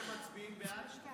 הייתם מצביעים בעד?